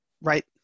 Right